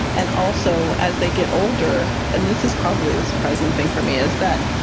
and also, as they get older and this is probably the surprising thing for me is that,